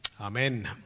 amen